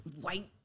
white